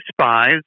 spies